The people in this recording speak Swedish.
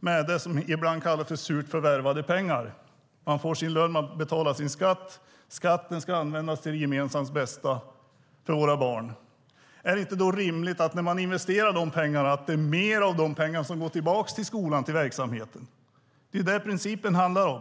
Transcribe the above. med det som ibland kallas för surt förvärvade pengar - man får sin lön, betalar sin skatt, och skatten ska användas till det gemensammas bästa och för våra barn - är det då inte rimligt att mer av dessa pengar går tillbaka till skolan och verksamheten? Det är detta som principen handlar om.